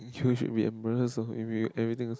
you should be embarrassed of if we everything is